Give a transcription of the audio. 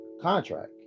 contract